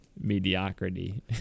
mediocrity